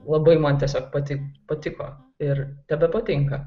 labai man tiesiog pati patiko ir tebepatinka